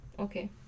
Okay